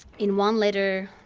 in one letter,